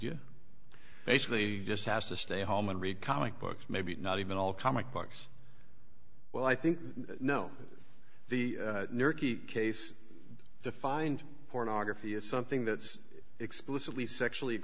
you basically just has to stay home and read comic books maybe not even all comic books well i think no the case defined pornography is something that is explicitly sexually